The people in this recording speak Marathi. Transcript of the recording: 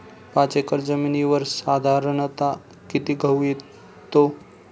पाच एकर जमिनीवर साधारणत: किती गहू येतो?